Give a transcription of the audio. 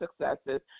successes